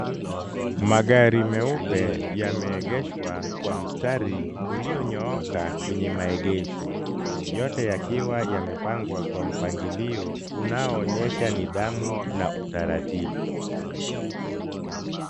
Magari meupe yameegeshwa kwa mstari ulionyooka kwenye maegesho, yote yakiwa yamepangwa kwa mpangilio unaoonyesha nidhamu na utaratibu.